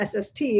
SST